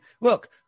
Look